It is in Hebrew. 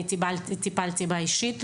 אני טיפלתי בה אישית.